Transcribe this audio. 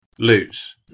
lose